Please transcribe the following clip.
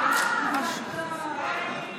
וכדאי שתבינו את זה.